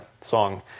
song